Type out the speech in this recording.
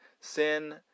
Sin